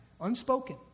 Unspoken